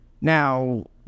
Now